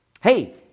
Hey